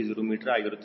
330 metre ಆಗಿರುತ್ತದೆ